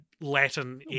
Latin